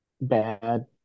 bad